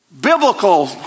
biblical